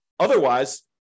Otherwise